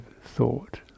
thought